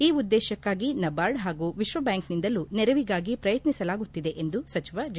ಈ ಉದ್ದೇಶಕ್ಕಾಗಿ ನರ್ಬಾಡ್ ಹಾಗೂ ವಿಶ್ವಬ್ಯಾಂಕ್ನಿಂದಲೂ ನೆರವಿಗಾಗಿ ಪ್ರಯತ್ನಿಸಲಾಗುತ್ತಿದೆ ಎಂದು ಸಚಿವ ಜಿ